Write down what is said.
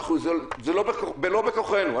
זה לא בכוחנו.